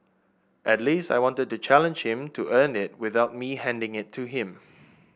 at least I wanted to challenge him to earn it without me handing it to him